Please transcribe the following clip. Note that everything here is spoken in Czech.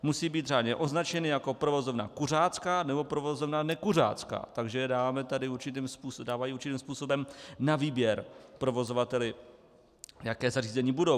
Musí být řádně označeny jako provozovna kuřácká nebo provozovna nekuřácká, takže tady dávají určitým způsobem na výběr provozovateli, jaká zařízení budou.